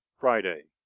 friday,